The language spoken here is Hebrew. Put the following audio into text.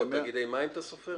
גם תאגידי מים אתה סופר?